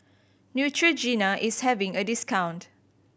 Neutrogena is having a discount